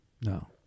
no